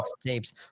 tapes